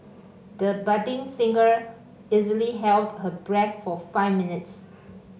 the budding singer easily held her breath for five minutes